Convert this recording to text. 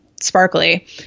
sparkly